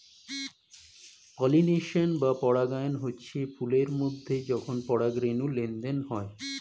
pollination বা পরাগায়ন হচ্ছে ফুল এর মধ্যে যখন পরাগ রেণুর লেনদেন হয়